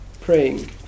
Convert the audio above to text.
praying